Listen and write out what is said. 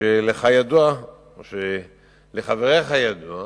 שלך ידוע או לחבריך ידוע